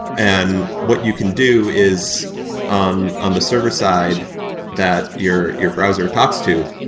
and what you can do is um on the server-side that your your browser talks to,